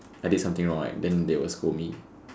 I did something wrong right then they will scold me